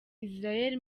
israel